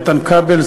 איתן כבל,